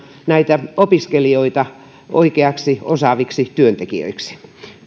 näitä opiskelijoita oikeiksi osaaviksi työntekijöiksi